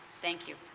thank you.